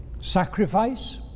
sacrifice